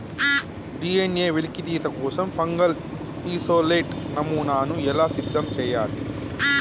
DNA వెలికితీత కోసం fungal isolate నమూనాను ఎలా సిద్ధం చెయ్యాలి?